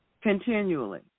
continually